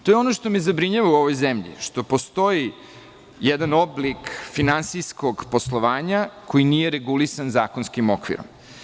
To je ono što me zabrinjava u ovoj zemlji, što postoji jedan oblik finansijskog poslovanja koji nije regulisan zakonskim okvirom.